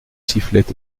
sifflait